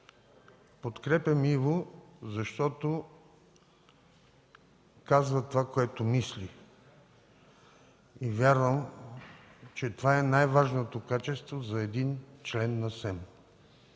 подкрепям Иво Атанасов, защото казва това, което мисли. Вярвам, че това е най-важното качество за един член на СЕМ.